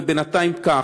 ובינתיים כך?